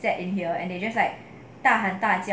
sat in here and they just like 大喊大叫